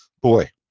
Boy